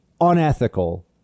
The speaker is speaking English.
unethical